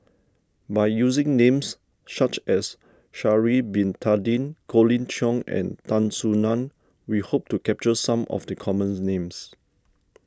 by using names such as Sha'ari Bin Tadin Colin Cheong and Tan Soo Nan we hope to capture some of the commons names